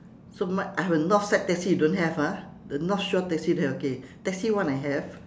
so mine I have a north side taxi you don't have ah the north shore taxi don't have okay taxi one I have